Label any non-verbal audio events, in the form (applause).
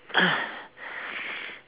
(noise)